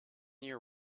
year